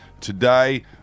Today